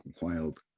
wild